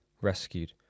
rescued